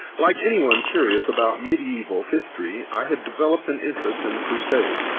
like anyone curious about medieval history, i had developed an interest in the crusades,